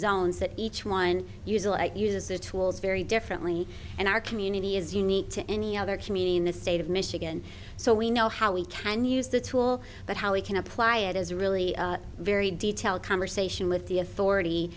zones that each one use a lot uses the tools very differently and our community is unique to any other community in the state of michigan so we know how we can use the tool but how we can apply it is really very detailed conversation with the authority